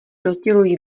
rozdělují